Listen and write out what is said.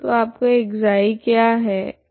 तो आपका ξ क्या है